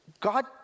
God